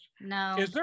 no